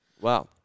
Wow